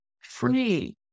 free